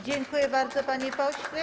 Dziękuję bardzo, panie pośle.